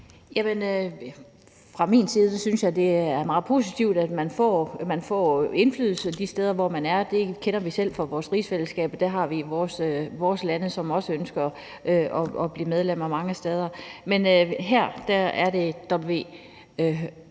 Fra min side synes jeg, det er meget positivt, at man får indflydelse de steder, hvor man er. Det kender vi selv fra vores rigsfællesskab. Der har vi også vores lande, som ønsker at blive medlemmer mange steder. Men her er det